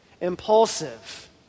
impulsive